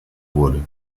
wurde